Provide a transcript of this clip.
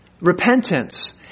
repentance